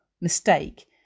mistake